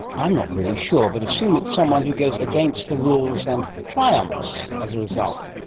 i'm not really sure, but assume it's someone who goes against the rules and triumphs as a result.